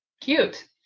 Cute